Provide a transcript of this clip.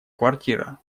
квартира